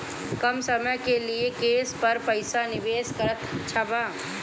कम समय के लिए केस पर पईसा निवेश करल अच्छा बा?